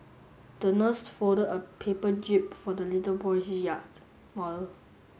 the nurse folded a paper jib for the little boy's yacht model